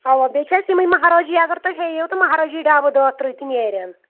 اَوا بیٚیہِ چھِ اَسہِ یِمَے مہرٲجی اگر تُہۍ ہیٚیِو تہٕ مہرٲجی ڈَبہٕ دَہ تٕرٛہ تہِ نیرن